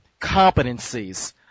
competencies